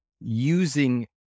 using